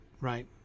right